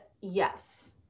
yes